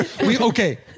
Okay